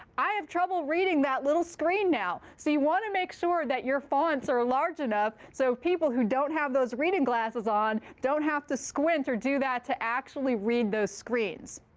i have trouble reading that little screen now. so you want to make sure that your fonts are large enough so people who don't have those reading glasses on don't have to squint or do that to actually read those screens.